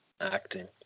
acting